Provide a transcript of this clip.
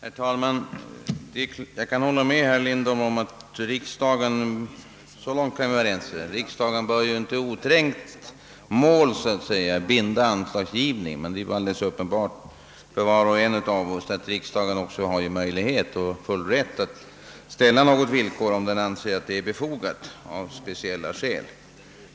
Herr talman! Jag kan hålla med herr Lindholm om att riksdagen inte så att säga i oträngt mål bör binda anslagsgivningen. Men det är alldeles uppenbart för var och en av oss, att riksdagen har möjlighet och full rätt att ställa något villkor om den anser att det är befogat av speciella skäl.